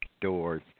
doors